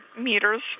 meters